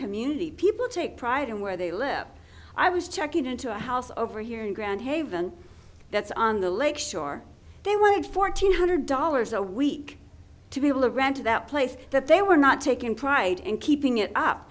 community people take pride in where they live i was checking into a house over here in grand haven that's on the lake shore they wanted fourteen hundred dollars a week to be able to rent to that place that they were not taking pride in keeping it up